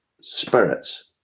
spirits